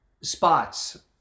spots